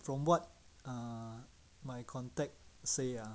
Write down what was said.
from what ah my contact say ah